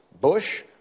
bush